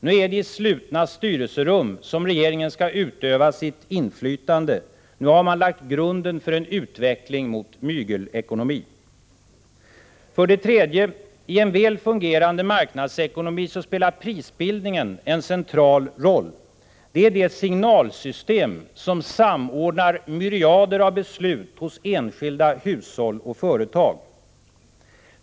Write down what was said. Nu är det i slutna styrelserum som regeringen skall utöva sitt inflytande, nu har man lagt grunden för en utveckling mot mygelekonomi. 3. I en väl fungerande marknadsekonomi spelar prisbildningen en central roll. Den är det signalsystem som samordnar myriader av beslut hos enskilda hushåll och företag.